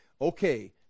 okay